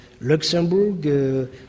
Luxembourg